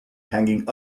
hanging